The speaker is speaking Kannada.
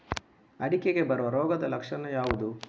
ಅಡಿಕೆಗೆ ಬರುವ ರೋಗದ ಲಕ್ಷಣ ಯಾವುದು?